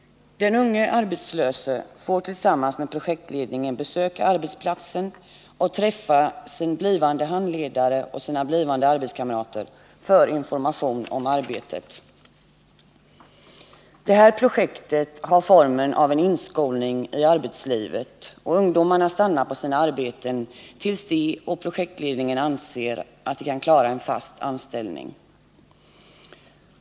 Den unge arbetslöse får tillsammans med projektledningen besöka arbetsplatsen och träffa sin blivande handledare och sina blivande arbetskamrater för information om arbetet. Det här projektet har formen av en inskolning i arbetslivet, och ungdomarna stannar på sina arbeten tills de och projektledningen anser att de kan klara en fast anställning.